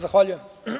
Zahvaljujem.